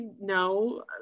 No